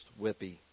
Whippy